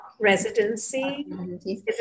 residency